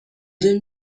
deux